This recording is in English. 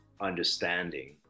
understanding